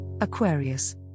Aquarius